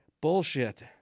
bullshit